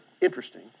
interesting